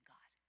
God